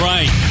Right